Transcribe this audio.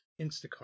Instacart